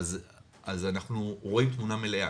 אנחנו כמשרד החינוך רואים תמונה מלאה,